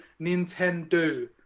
Nintendo